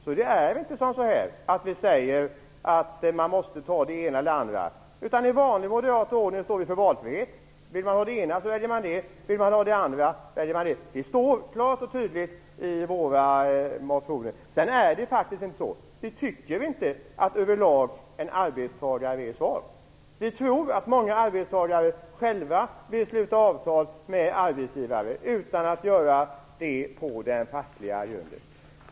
Vi säger alltså inte att man måste ta det ena eller det andra, utan i vanlig moderat ordning står vi för valfrihet. Vill man ha det ena väljer man det, vill man ha det andra väljer man det. Det står klart och tydligt i våra motioner. Sedan är det faktiskt inte så att vi över lag tycker att en arbetstagare är svag. Vi tror att många arbetstagare själva vill sluta avtal med arbetsgivare utan att göra det på fackliga grunder.